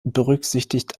berücksichtigt